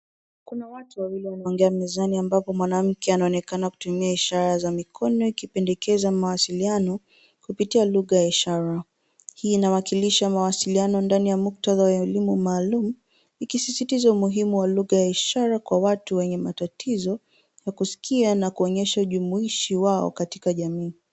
Kuna watu wawili wanaongea mezani ambapo mwanamke anaonekana kutumia ishara za mkono ikipendekeza mawasiliano kupitia lugha ya Ishara. Hii inawakilisha mawasiliano ndani ya muktadha wa elimu maalum ikisisitiza umuhimu wa lugha ya ishara kwa watu wenye matatizo ya kusikia na kuonyesha ujumuishi wao katika jamii.